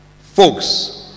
Folks